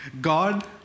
God